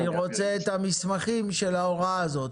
אני רוצה את המסמכים של ההוראה הזאת,